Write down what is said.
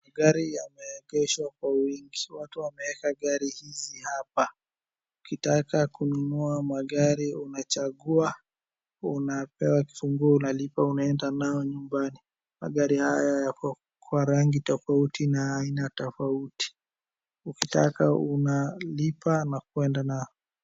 Magari yameegeshwa kwa wingi. Watu wameeka gari hizi hapa. Ukitaka kununua magari unachagua, unapewa kifunguo, unalipa, unaenda nayo nyumbani. Magari haya yako kwa rangi tofauti na aina tofauti. Ukitaka unalipa na kwenda nayo.